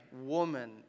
woman